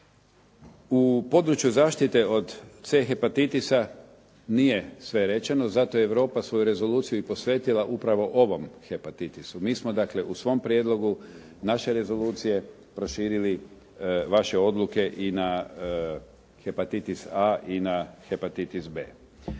U području zaštite od C hepatitisa nije sve rečeno zato je Europa svoju rezoluciju i posvetila upravo ovom hepatitisu. Mi smo dakle u svom prijedlogu naše rezolucije proširili vaše odluke i na hepatitis A i na hepatitis B.